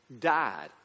died